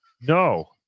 No